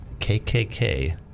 KKK